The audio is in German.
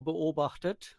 beobachtet